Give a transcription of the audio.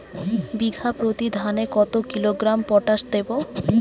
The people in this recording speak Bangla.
বিঘাপ্রতি ধানে কত কিলোগ্রাম পটাশ দেবো?